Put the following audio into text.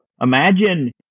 imagine